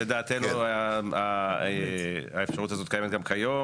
לדעתנו האפשרות הזאת קיימת גם היום,